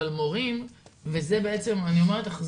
אבל מורים וזה בעצם אני אומרת לך מיכל,